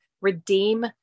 redeem